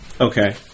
Okay